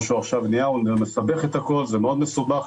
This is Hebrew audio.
זה מסבך את הכול, מאוד מסובך.